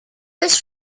this